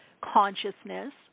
consciousness